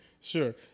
Sure